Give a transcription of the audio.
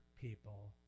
people